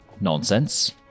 nonsense